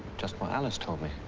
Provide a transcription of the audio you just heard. just what alice told me.